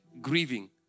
grieving